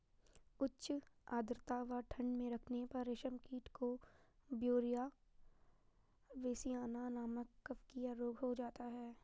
उच्च आद्रता व ठंड में रखने पर रेशम कीट को ब्यूवेरिया बेसियाना नमक कवकीय रोग हो जाता है